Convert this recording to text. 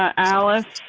alice,